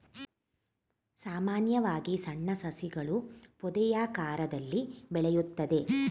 ಸಾಮಾನ್ಯವಾಗಿ ಸಣ್ಣ ಸಸಿಗಳು ಪೊದೆಯಾಕಾರದಲ್ಲಿ ಬೆಳೆಯುತ್ತದೆ